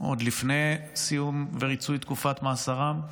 עוד לפני סיום ריצוי תקופת מאסרם.